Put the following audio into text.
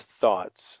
thoughts